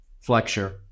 flexure